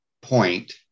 point